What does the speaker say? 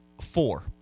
Four